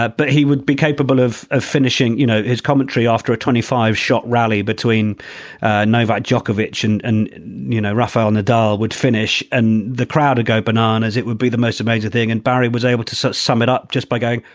but he would be capable of ah finishing, you know, his commentary after a twenty five shot rally between novak djokovic and and you know rafael nadal would finish and the crowd goes bananas. it would be the most amazing thing. and barry was able to so sum it up just by going.